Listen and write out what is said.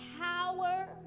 power